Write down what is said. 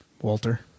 Walter